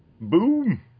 Boom